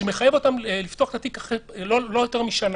שמחייב אותם לפתוח את התיק אחרי לא יותר משנה.